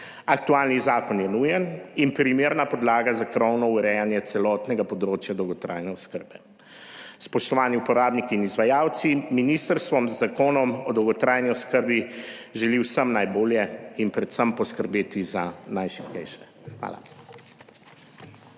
Aktualni zakon je nujen in primerna podlaga za krovno urejanje celotnega področja dolgotrajne oskrbe. Spoštovani uporabniki in izvajalci ministrstvo z Zakonom o dolgotrajni oskrbi želi vsem najbolje in predvsem poskrbeti za najšibkejše. Hvala.